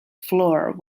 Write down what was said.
floor